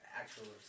actual